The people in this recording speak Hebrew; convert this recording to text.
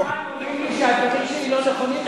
אומרים לי שהדברים שלי לא נכונים,